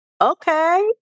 okay